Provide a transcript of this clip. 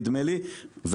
נדמה לי,